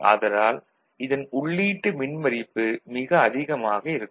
ஆதலால் இதன் உள்ளீட்டு மின்மறிப்பு மிக அதிகமாக இருக்கும்